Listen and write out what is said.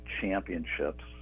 championships